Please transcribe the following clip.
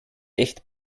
echt